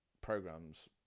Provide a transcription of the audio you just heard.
programs